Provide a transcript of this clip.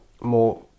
more